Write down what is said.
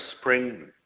Spring